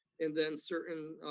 and then certain,